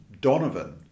Donovan